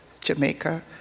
Jamaica